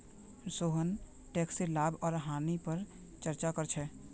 सोहन टैकसेर लाभ आर हानि पर चर्चा कर छेक